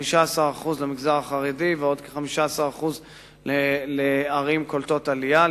15% למגזר החרדי ועוד כ-15% לערים קולטות עלייה,